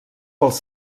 pels